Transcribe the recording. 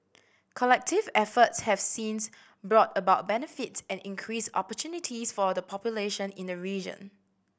collective efforts have since brought about benefits and increased opportunities for the population in the region